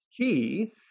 key